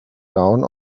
down